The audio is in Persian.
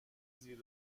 زیر